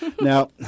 Now